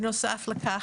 בנוסף לכך,